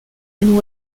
and